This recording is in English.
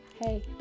hey